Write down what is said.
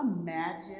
imagine